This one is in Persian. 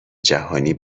جهانی